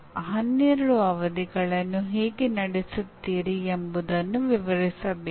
ಅಂದರೆ ಅಗತ್ಯವಿರುವ ಜ್ಞಾನ ಮತ್ತು ನಿರೀಕ್ಷಿತ ಪ್ರದರ್ಶನಗಳ ವಿವರಣೆ ಮತ್ತು ಉದಾಹರಣೆಗಳನ್ನು ನೀಡಬೇಕು